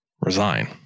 resign